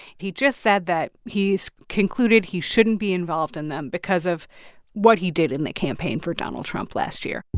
he just said that he's concluded he shouldn't be involved in them because of what he did in the campaign for donald trump last year